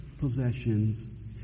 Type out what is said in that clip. possessions